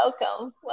Welcome